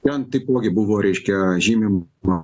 ten taipogi buvo reiškia žymima